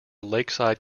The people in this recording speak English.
lakeside